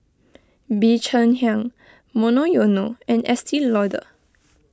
Bee Cheng Hiang Monoyono and Estee Lauder